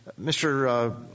Mr